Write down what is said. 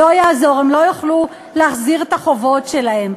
לא יעזור, הם לא יוכלו להחזיר את החובות שלהם.